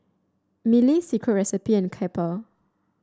Mili Secret Recipe and Kappa